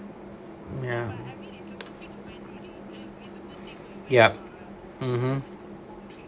ya yup mmhmm